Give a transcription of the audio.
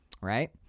right